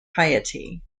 piety